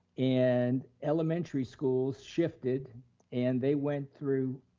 and elementary schools shifted and they went through,